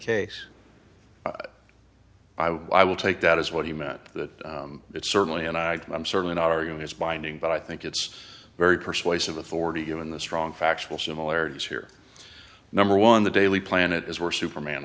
case i will take that as what he meant that it certainly and i i'm certainly not arguing his binding but i think it's very persuasive authority given the strong factual similarities here number one the daily planet is where superman